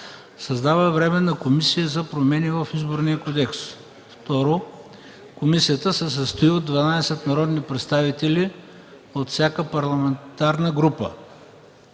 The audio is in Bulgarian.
Създава Временна комисия за промени в Изборния кодекс. 2. Комисията се състои от 12 народни представители от всяка парламентарна група.